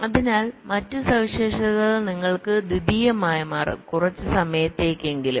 അതിനാൽ മറ്റ് സവിശേഷതകൾ നിങ്ങൾക്ക് ദ്വിതീയമായി മാറും കുറച്ച് സമയത്തേക്കെങ്കിലും